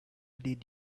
did